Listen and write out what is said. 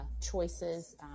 choices